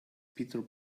peter